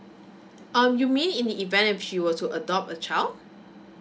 um you mean in the event if she were to adopt a child